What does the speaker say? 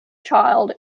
child